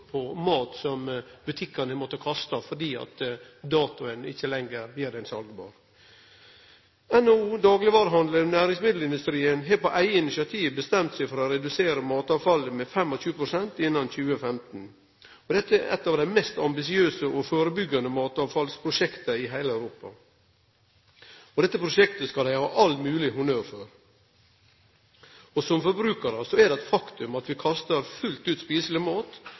på mat som butikkane har måtta kasta, fordi datoen ikkje lenger gjer han seljeleg. NHO, daglegvarehandelen og næringsmiddelindustrien har på eige initiativ bestemt seg for å redusere matavfallet med 25 pst. innan 2015. Dette er eitt av dei mest ambisiøse og førebyggjande matavfallsprosjekta i heile Europa. Dette prosjektet skal dei ha all mogleg honnør for. Det er eit faktum at vi som forbrukarar kastar fullt ut